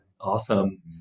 Awesome